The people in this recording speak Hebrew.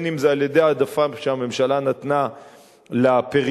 אם על-ידי העדפה שהממשלה נתנה לפריפריה,